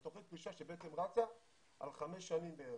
זאת תוכנית פרישה שבעצם רצה על חמש שנים בערך.